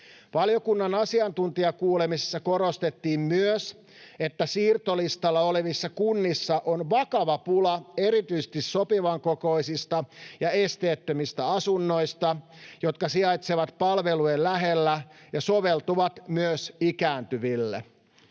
Valiokunnan asiantuntijakuulemisissa korostettiin myös, että siirtolistalla olevissa kunnissa on vakava pula erityisesti sopivan kokoisista ja esteettömistä asunnoista, jotka sijaitsevat palvelujen lähellä ja soveltuvat myös ikääntyville.